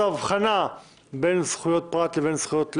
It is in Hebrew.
האבחנה בין זכויות פרט לבין זכויות לאום?